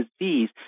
disease